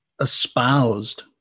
espoused